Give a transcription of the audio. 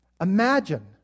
Imagine